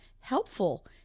helpful